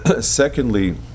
Secondly